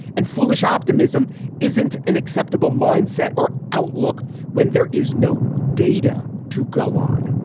and foolish optimism isn't an acceptable mindset or outlook when there is no data to go on.